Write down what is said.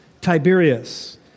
Tiberius